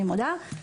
אני מודה,